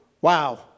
wow